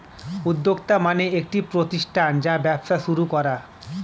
উদ্যোক্তা মানে একটি প্রতিষ্ঠান বা ব্যবসা শুরু করা